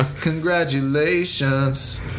Congratulations